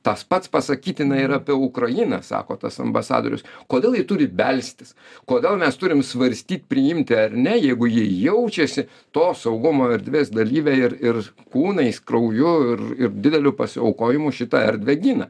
tas pats pasakytina ir apie ukrainą sako tas ambasadorius kodėl ji turi belstis kodėl mes turim svarstyt priimti ar ne jeigu ji jaučiasi tos saugumo erdvės dalyve ir ir kūnais krauju ir ir dideliu pasiaukojimu šitą erdvę gina